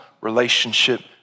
relationship